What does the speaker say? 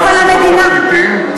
את בעד שיבת הפליטים?